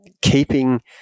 keeping